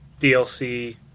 DLC